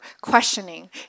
questioning